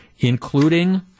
including